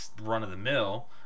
run-of-the-mill